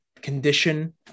condition